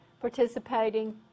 participating